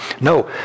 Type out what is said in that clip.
No